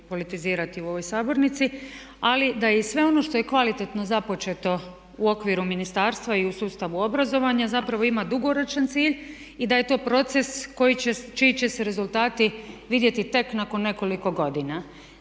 politizirati u ovoj sabornici. Ali i da je sve ono što je kvalitetno započeto u okviru ministarstva i u sustavu obrazovanja zapravo ima dugoročan cilj i da je to proces koji će, čiji će se rezultati vidjeti tek nakon nekoliko godina.